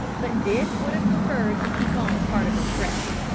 but dick would have preferred to keep on part of his dress.